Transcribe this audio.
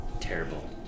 terrible